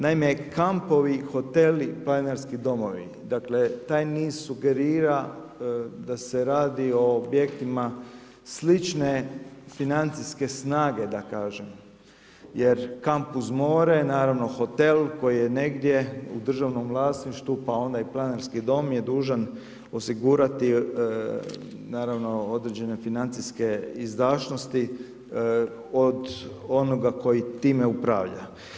Naime, kampovi, hoteli, planinarski domovi dakle taj niz sugerira da se radi o objektima slične financijske snage da kažem jer kamp uz more naravno hotel koji je negdje u državnom vlasništvu pa onda i planinarski dom je dužan osigurati određene financijske izdašnosti od onoga koji time upravlja.